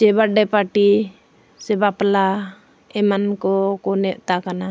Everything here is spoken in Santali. ᱪᱮ ᱥᱮ ᱵᱟᱯᱞᱟ ᱮᱢᱟᱱ ᱠᱚᱠᱚ ᱱᱮᱶᱛᱟ ᱠᱟᱱᱟ